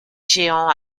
jehan